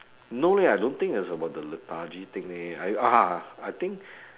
no leh I don't think it's about the lethargy thing leh I ah I think